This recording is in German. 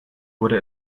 wurde